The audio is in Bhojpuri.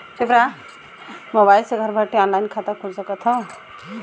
मोबाइल से घर बैठे ऑनलाइन खाता खुल सकत हव का?